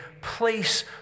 place